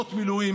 עשרה ימים,